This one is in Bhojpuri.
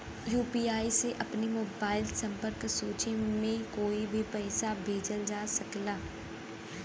यू.पी.आई से अपने मोबाइल संपर्क सूची में कोई के भी पइसा भेजल जा सकल जाला